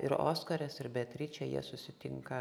ir oskaras ir beatričė jie susitinka